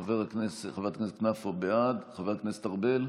חברת הכנסת כנפו, בעד, חבר הכנסת ארבל,